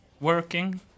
Working